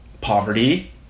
poverty